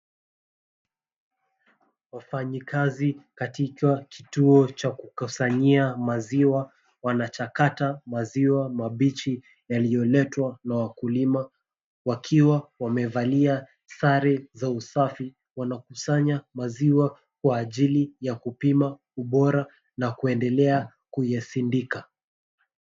Wafanyikazi katika kituo cha kukusanyia maziwa wanachakata maziwa mabichi yaliyoletwa na wakulima wakiwa wamevalia sare za usafi. Wanakusanya maziwa kwa ajili ya kupima ubora na kuendelea kuyasindika.